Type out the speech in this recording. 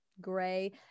gray